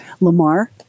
Lamar